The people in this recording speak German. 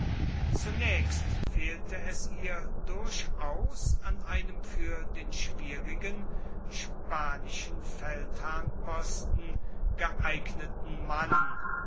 zunächst fehlte es ihr durchaus an einem für den schwierigen spanischen feldherrnposten geeigneten mann